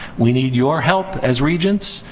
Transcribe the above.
we need your help as regents,